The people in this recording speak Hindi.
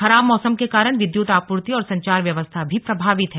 खराब मौसम के कारण विद्युत आपूर्ति और संचार व्यवस्था भी प्रभावित है